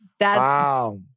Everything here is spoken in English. Wow